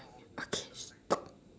okay